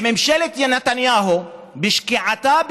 וממשלת נתניהו בשקיעתה,